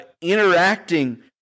interacting